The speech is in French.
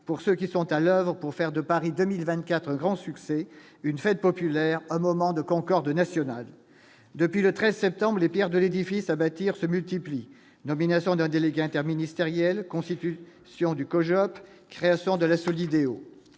pour ceux qui sont à l'oeuvre pour faire de Paris 2024 grand succès une fête populaire, un moment de Concorde nationale depuis le 13 septembre les pierres de l'édifice à bâtir se multiplient : nomination d'un délégué interministériel constitue si du COJO qu': création de la Solideo,